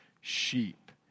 sheep